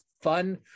fun